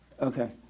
Okay